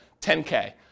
10K